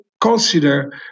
consider